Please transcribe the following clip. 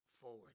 forward